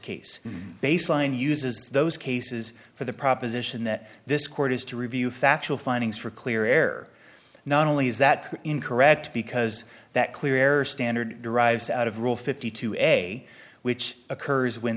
case baseline uses those cases for the proposition that this court has to review factual findings for clear air not only is that incorrect because that clear error standard derives out of rule fifty two a which occurs when